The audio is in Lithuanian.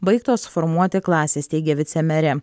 baigtos formuoti klasės teigė vicemerė